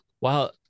wow